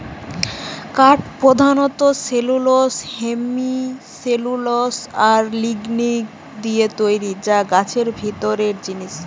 কাঠ পোধানত cellulose, hemicellulose আর লিগনিন দিয়ে তৈরি যা গাছের ভিতরের জিনিস